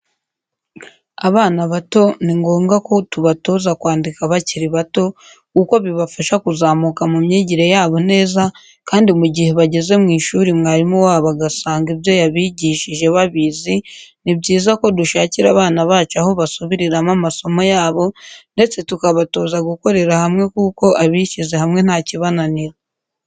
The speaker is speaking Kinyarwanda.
Abana bato ni ngombwa ko tubatoza kwandika bakiri bato kuko bibafasha kuzamuka mu myigire yabo neza kandi mu gihe bageze mu ishuri mwarimu wabo agasanga ibyo yabigishijeje babizi, ni byiza ko dushakira abana bacu aho basubiriramo amasomo yabo ndetse tukabatoza gukorera hamwe kuko abishyize hamwe ntakibananira.